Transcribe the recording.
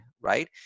Right